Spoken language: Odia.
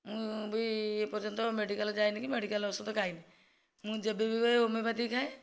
ମୁଁ ବି ଏ ପର୍ଯନ୍ତ ମେଡ଼ିକାଲ ଯାଇନି କି ମେଡ଼ିକାଲ ଔଷଧ ଖାଇନି ମୁଁ ଯେବେ ବି ହୁଏ ହୋମିଓପାଥିକ ଖାଏ